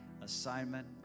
assignment